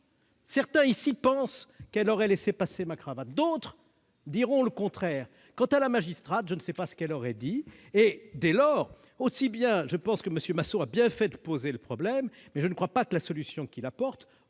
Certains ici pensent qu'elle aurait laissé passer ma cravate, d'autres diront le contraire ; quant à la magistrate, je ne sais pas ce qu'elle aurait décidé. Dès lors, si M. Masson a bien fait de poser le problème, je crois que la solution qu'il apporte